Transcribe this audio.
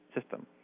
system